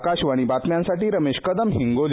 आकाशवाणी बातम्यांसाठी रमेश कदम हिंगोली